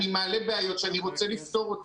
אני מעלה בעיות שאני רוצה לפתור.